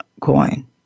coin